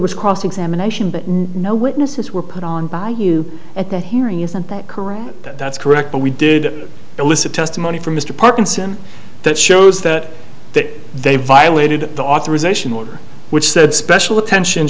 was cross examination but no witnesses were put on by you at the hearing isn't that correct that's correct but we did elicit testimony from mr parkinson that shows that that they violated the authorization order which said special attention